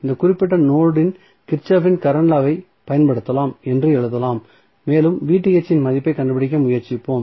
இந்த குறிப்பிட்ட நோடு இல் கிர்ச்சோப்பின் கரண்ட் லா வை Kirchhoffs current law பயன்படுத்தலாம் என்று எழுதலாம் மேலும் இன் மதிப்பைக் கண்டுபிடிக்க முயற்சிப்போம்